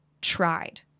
tried